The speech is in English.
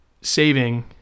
saving